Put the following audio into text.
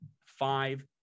five